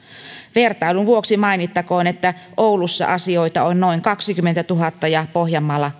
vertailun vuoksi mainittakoon että oulussa asioita on noin kaksikymmentätuhatta ja pohjanmaalla